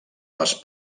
les